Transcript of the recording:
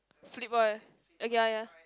flip boy uh ya ya